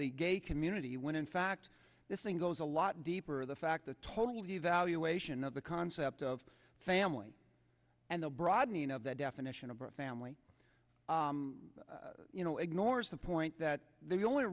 the gay community when in fact this thing goes a lot deeper the fact the total devaluation of the concept of family and abroad you know the definition of a family you know ignores the point that the only